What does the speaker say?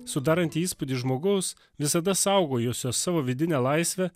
sudaranti įspūdį žmogus visada saugojusio savo vidinę laisvę